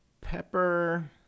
Pepper